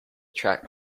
track